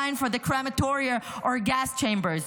for the crematoria or gas chambers.